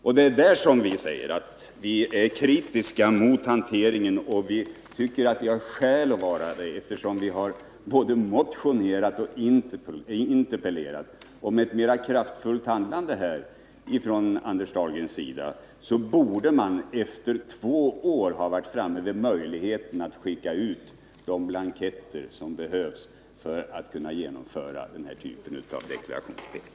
Vi är kritiska mot regeringens hantering av den här frågan, och det tycker vi att vi har skäl att vara, eftersom vi har både motionerat och interpellerat i saken. Med ett mera kraftfullt handlande från Anders Dahlgrens sida borde det efter två år ha varit möjligt att få ut de blanketter som behövs för fullgörandet av den här typen av deklarationsplikt.